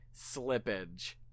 Slippage